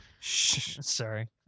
sorry